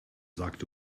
sagt